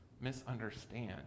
misunderstand